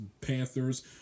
panthers